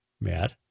Matt